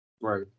Right